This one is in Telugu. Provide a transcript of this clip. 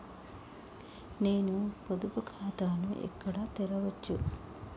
నేను పొదుపు ఖాతాను ఎక్కడ తెరవచ్చు?